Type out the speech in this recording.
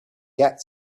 get